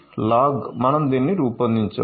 log" మనం దీనిని రూపొందించాము